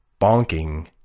Bonking